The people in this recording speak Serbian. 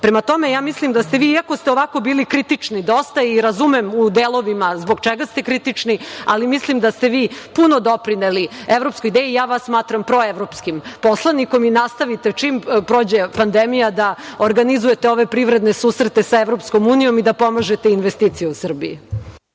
ideja. Prema tome, ja mislim da ste vi, iako ste ovako bili kritični dosta i razumem u delovima zbog čega ste kritični, puno doprineli evropskoj ideji, ja vas smatram proevropskim poslanikom i nastavite čim prođe pandemija da organizujete ove privredne susrete sa EU i da pomažete investicije u Srbiji.